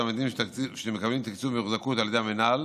תלמידים שמקבלים תקצוב מוחזקות על ידי המינהל